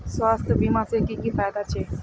स्वास्थ्य बीमा से की की फायदा छे?